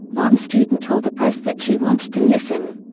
one student told the press that she wanted to listen.